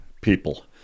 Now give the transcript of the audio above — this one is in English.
people